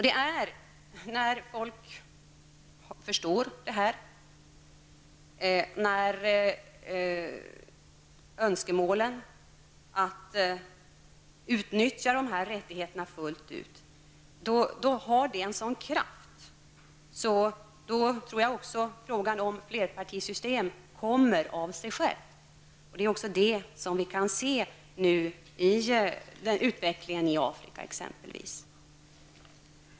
När människor förstår detta, när önskemålen att utnyttja dessa rättigheter fullt ut kommer har de en sådan kraft att frågan om flerpartisystem kommer av sig självt. Det kan vi också se i utvecklingen i Afrika.